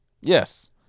Yes